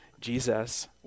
Jesus